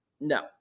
No